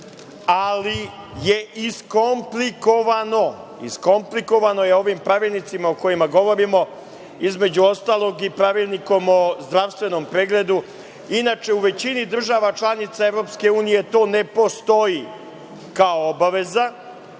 nije bilo, ali je iskomplikovano ovim pravilnicima o kojima govorimo, između ostalog i Pravilnikom o zdravstvenom pregledu. Inače, u većini država članica EU to ne postoji kao obaveza